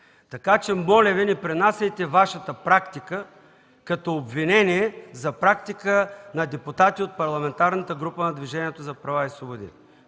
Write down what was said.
Така че, моля Ви, не пренасяйте Вашата практика като обвинение за практика на депутати от Парламентарната група на Движението за права и свободи.